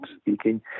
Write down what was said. speaking